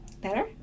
Better